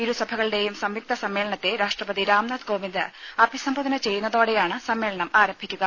ഇരു സഭകളുടെയും സംയുക്ത സമ്മേളനത്തെ രാഷ്ട്രപതി രാംനാഥ് കോവിന്ദ് അഭിസംബോധന ചെയ്യുന്നതോടെയാണ് സമ്മേളനം ആരംഭിക്കുക